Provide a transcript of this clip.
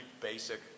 basic